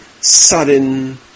sudden